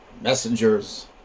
messengers